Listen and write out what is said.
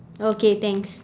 okay thanks